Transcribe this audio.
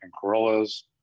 Corollas